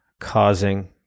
causing